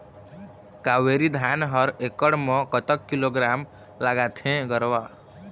कावेरी धान हर एकड़ म कतक किलोग्राम लगाथें गरवा?